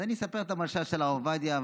אז אני אספר את המשל של הרב עובדיה,